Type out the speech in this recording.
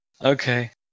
Okay